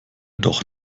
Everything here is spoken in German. doch